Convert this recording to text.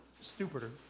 stupider